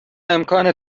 امکان